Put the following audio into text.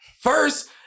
first